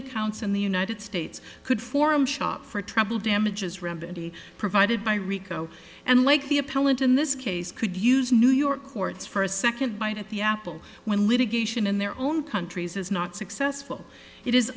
accounts in the united states could form shop for trouble damages remedy provided by rico and like the appellant in this case could use new york courts for a second bite at the apple when litigation in their own countries is not successful i